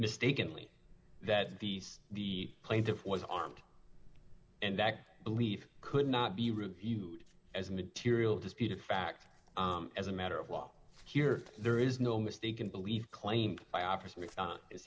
mistakenly that the the plaintiff was armed and that belief could not be reviewed as a material disputed fact as a matter of law here there is no mistaken belief claim